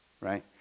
right